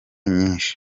nyinshi